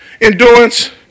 Endurance